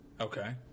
okay